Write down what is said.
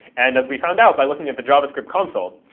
and as we found out by looking at the javascript console,